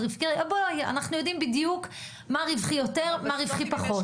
אבל אנחנו יודעים בדיוק מה רווחי יותר ומה פחות.